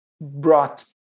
brought